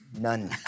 none